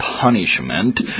punishment